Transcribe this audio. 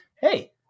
hey